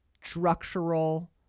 structural